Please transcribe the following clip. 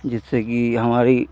जिससे कि हमारे